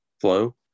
flow